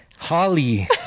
Holly